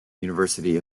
university